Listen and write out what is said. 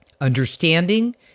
understanding